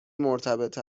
مرتبط